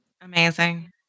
Amazing